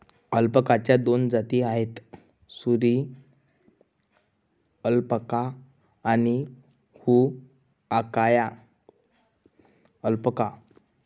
अल्पाकाच्या दोन जाती आहेत, सुरी अल्पाका आणि हुआकाया अल्पाका